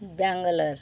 Bangalore